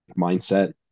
mindset